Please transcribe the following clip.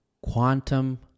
quantum